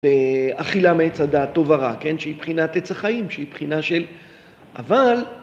אכילה מעץ הדעת טוב או רע, שהיא מבחינת עץ החיים, שהיא מבחינה של.. אבל